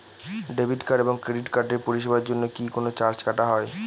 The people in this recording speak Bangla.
ডেবিট কার্ড এবং ক্রেডিট কার্ডের পরিষেবার জন্য কি কোন চার্জ কাটা হয়?